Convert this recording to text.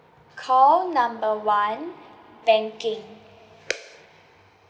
call number one banking